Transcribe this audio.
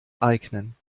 eignen